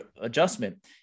adjustment